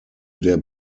der